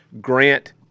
Grant